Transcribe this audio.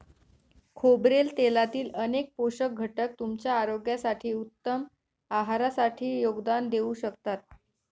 खोबरेल तेलातील अनेक पोषक घटक तुमच्या आरोग्यासाठी, उत्तम आहारासाठी योगदान देऊ शकतात